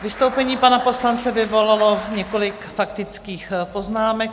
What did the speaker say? Vystoupení pana poslance vyvolalo několik faktických poznámek.